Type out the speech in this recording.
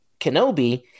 Kenobi